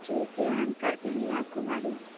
ठीक है मैम कर देंगे आपको गाड़ी